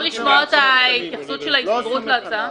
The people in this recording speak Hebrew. לשמוע את ההתייחסות של ההסתדרות להצעה?